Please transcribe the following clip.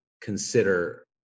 consider